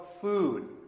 food